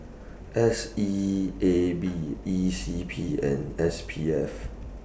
S E A B E C P and S P F